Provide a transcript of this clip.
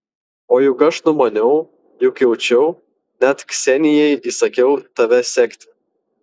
o juk aš numaniau juk jaučiau net ksenijai įsakiau tave sekti